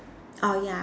oh ya